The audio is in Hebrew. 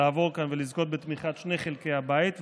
לעבור ולזכות בתמיכת שני חלקי הבית,